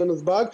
אלא נתב"ג,